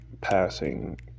passing